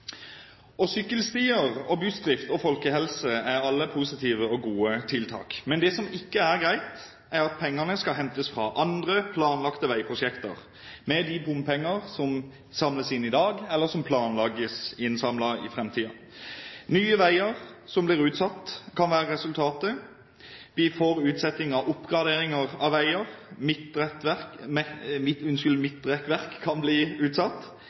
bompenger. Sykkelstier, bussdrift og folkehelse er alle positive og gode tiltak. Men det som ikke er greit, er at pengene skal hentes fra andre, planlagte veiprosjekt, med de bompengene som samles inn i dag, eller som planlegges innsamlet i framtiden. Nye veier som blir utsatt, kan være resultatet. Vi får utsettelser på oppgradering av veier. Midtrekkverk kan bli utsatt,